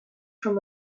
from